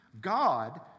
God